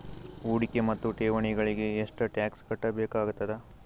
ಹೂಡಿಕೆ ಮತ್ತು ಠೇವಣಿಗಳಿಗ ಎಷ್ಟ ಟಾಕ್ಸ್ ಕಟ್ಟಬೇಕಾಗತದ?